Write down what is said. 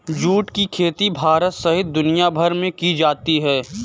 जुट की खेती भारत सहित दुनियाभर में की जाती है